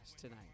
tonight